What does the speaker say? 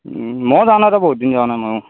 উম মই যোৱা নাই ৰহ বহুত দিন যোৱা নাই ময়ো